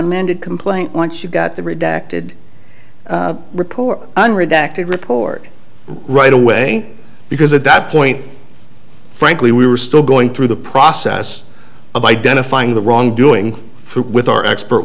amended complaint once you got the redacted report unredacted report right away because at that point frankly we were still going through the process of identifying the wrongdoing with our expert